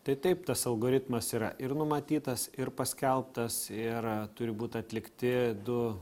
tai taip tas algoritmas yra ir numatytas ir paskelbtas ir turi būt atlikti du